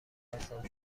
هستم